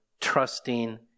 trusting